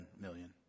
million